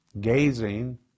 gazing